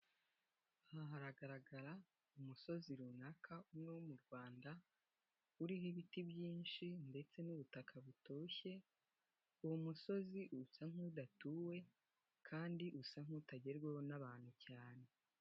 Aha haragaragara umusozi runaka umwe wo mu Rwanda. Uriho ibiti byinshi ndetse n'ubutaka butoshye. uwo musozi usa nk'udatuwe kandi usa nk'utagerwaho n'abantu cyane.